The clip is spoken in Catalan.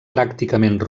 pràcticament